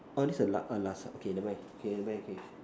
err this is a la~ the last ah never mind never mind K